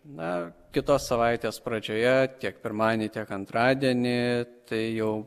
na kitos savaitės pradžioje tiek pirmadienį tiek antradienį tai jau